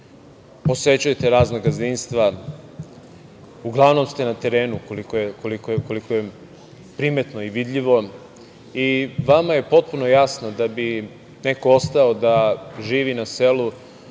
posećujete razna gazdinstva, uglavnom ste na terenu, koliko je primetno i vidljivo. Vama je potpuno jasno da bi neko ostao da živi na selu